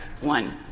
one